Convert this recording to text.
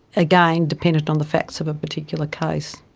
again, dependent on the facts of a particular case.